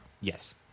Yes